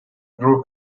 grew